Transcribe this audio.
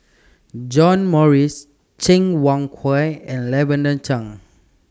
John Morrice Cheng Wai Keung and Lavender Chang